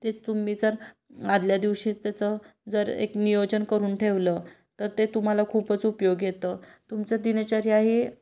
ते तुम्ही जर आदल्या दिवशीच त्याचं जर एक नियोजन करून ठेवलं तर ते तुम्हाला खूपच उपयोग येतं तुमचं दिनचर्याही